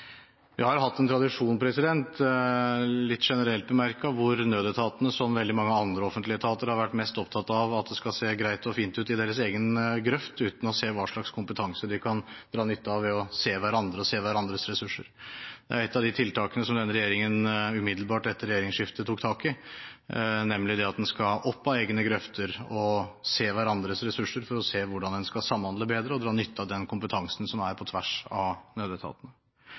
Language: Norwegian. vi hatt en tradisjon hvor nødetatene – som veldig mange andre offentlige etater – har vært mest opptatt av at det skal se greit og fint ut i deres egen grøft, uten å se hva slags kompetanse de kan dra nytte av ved å se hverandre og se hverandres ressurser. Det er et av de tiltakene som denne regjeringen umiddelbart etter regjeringsskiftet tok tak i, nemlig at en skal opp av egne grøfter og se hverandres ressurser for å se hvordan en skal samhandle bedre og dra nytte av den kompetansen som er på tvers av nødetatene.